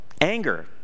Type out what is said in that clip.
Anger